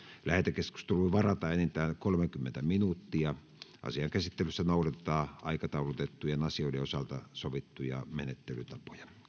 lähetekeskusteluun varataan enintään kolmekymmentä minuuttia asian käsittelyssä noudatetaan aikataulutettujen asioiden osalta sovittuja menettelytapoja